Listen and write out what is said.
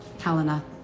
Helena